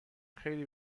خیلی